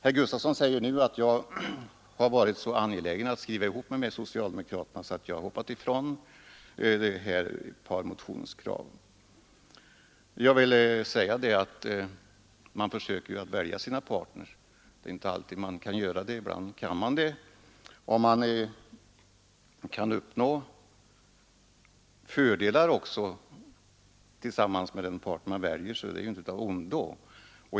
Herr Gustafson säger nu att jag har varit så angelägen att skriva ihop mig med socialdemokraterna att jag hoppat ifrån ett par motionskrav. Jag vill svara att man ju försöker välja sina partners. Det är visserligen inte alltid man kan göra det — men ibland kan man det — och om man då också kan uppnå fördelar tillsammans med den partner man väljer är väl detta inte av ondo.